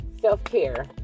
Self-care